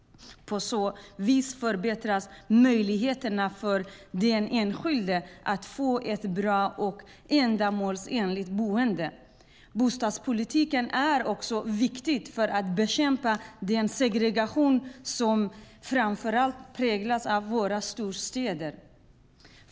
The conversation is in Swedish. På så vis förbättras möjligheterna för den enskilde att få ett bra och ändamålsenligt boende. Bostadspolitiken är också viktig för att bekämpa den segregation som framför allt präglar våra storstäder.